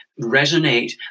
resonate